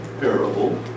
parable